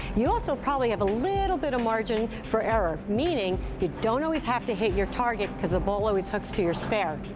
you also probably have a little bit of margin for error, meaning you don't always have to hit your target because your ball always hooks to your spare.